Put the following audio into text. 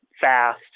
fast